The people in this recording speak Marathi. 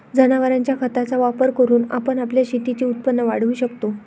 जनावरांच्या खताचा वापर करून आपण आपल्या शेतीचे उत्पन्न वाढवू शकतो